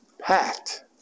packed